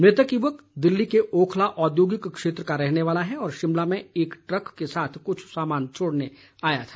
मृतक युवक दिल्ली के ओखला औद्योगिक क्षेत्र का रहने वाला है और शिमला में एक ट्रक के साथ कुछ सामान छोड़ने आया था